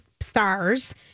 stars